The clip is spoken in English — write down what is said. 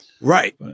Right